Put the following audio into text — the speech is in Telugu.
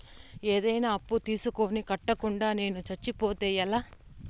ఏదైనా అప్పు తీసుకొని కట్టకుండా నేను సచ్చిపోతే ఎలా